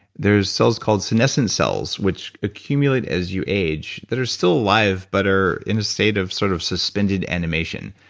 there's cells called senescence cells which accumulate as you age that are still alive, but are in a state of sort of suspended animation.